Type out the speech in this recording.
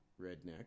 redneck